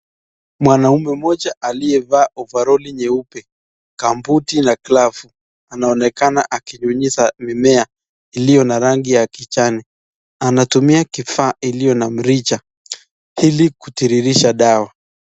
Mwanaume mmoja aliyevaa ovaroli nyeupe gumbooti na glavu anaonekana akinyunyizia mimea iliyo na rangi ya kijani, anatumiak kifaa iliyo mrija ili kutiririsha dawa.